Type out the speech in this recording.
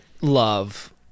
love